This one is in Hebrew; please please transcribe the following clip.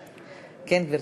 גברתי.